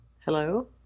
Hello